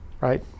right